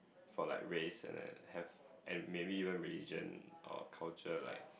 for like race and had have and maybe even religion or culture like